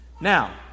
Now